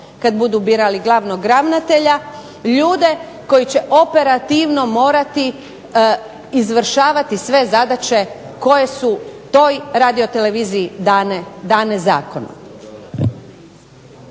kad budu birali glavnog ravnatelja, ljude koji će operativno morati izvršavati sve zadaće koje su toj radioteleviziji dane zakonom.